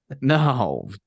No